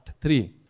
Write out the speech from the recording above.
three